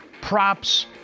Props